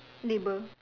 labour